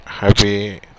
Happy